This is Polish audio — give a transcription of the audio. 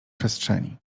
przestrzeni